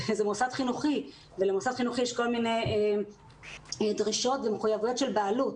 זה מוסד חינוכי ויש לו כל מיני דרישות ומחויבויות של בעלות.